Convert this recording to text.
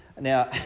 Now